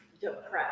depressed